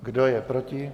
Kdo je proti?